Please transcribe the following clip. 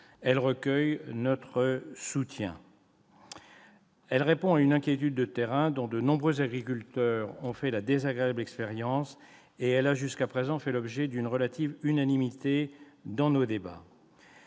Elle recueille son soutien. Elle répond à une inquiétude de terrain, dont de nombreux agriculteurs ont fait la désagréable expérience, et elle a, jusqu'à présent, fait l'objet d'une relative unanimité dans nos débats.